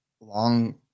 long